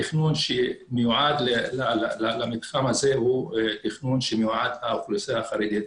התכנון שמיועד למתחם הזה הוא תכנון שמיועד לאוכלוסייה החרדית.